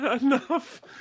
enough